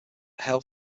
hail